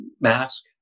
mask